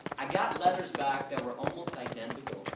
i got letters back that were almost identical,